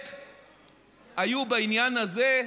היו בעניין הזה,